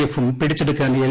എഫും പിടിച്ചെടുക്കാൻ എൽ